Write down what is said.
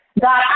God